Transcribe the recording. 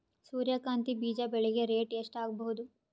ಸೂರ್ಯ ಕಾಂತಿ ಬೀಜ ಬೆಳಿಗೆ ರೇಟ್ ಎಷ್ಟ ಆಗಬಹುದು?